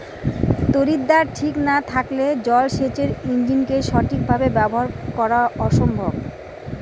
তড়িৎদ্বার ঠিক না থাকলে জল সেচের ইণ্জিনকে সঠিক ভাবে ব্যবহার করা অসম্ভব